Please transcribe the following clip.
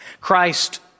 Christ